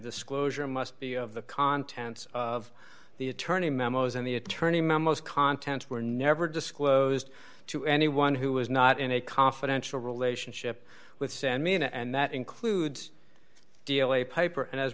disclosure must be of the contents of the attorney memos and the attorney memos contents were never disclosed to anyone who was not in a confidential relationship with semin and that includes deal a piper and as